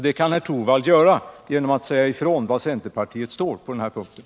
Det kan herr Torwald göra genom att säga ifrån var centerpartiet står i denna fråga.